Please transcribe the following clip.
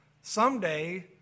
someday